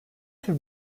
tür